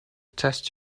test